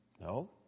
No